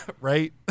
Right